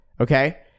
Okay